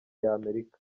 y’amerika